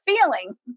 feeling